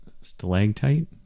stalactite